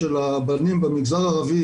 של הבנים במגזר הערבי